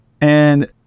And-